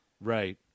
right